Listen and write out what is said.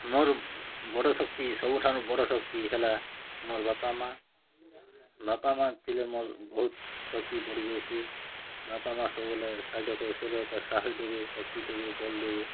ମୋର୍ ବଡ଼୍ ଶକ୍ତି ସବୁଠାରୁ ବଡ଼୍ ଶକ୍ତି ହେଲା ମୋର୍ ବାପା ମାଆ ବାପା ମାଆ ଥିଲେ ମୋର୍ ବହୁତ୍ ଶକ୍ତି ବଢ଼ି ଯାଇସି ବାପା ମାଆ ସବୁବେଲେ ସାହାଯ୍ୟ କରସିଲ୍ ତା ସାହସ୍ ଦେବେ ଶକ୍ତି ଦେବେ ବଲ୍ ଦେବେ